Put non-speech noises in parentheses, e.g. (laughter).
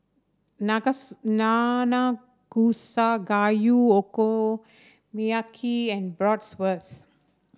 (unintelligible) Nanakusa Gayu Okonomiyaki and Bratwurst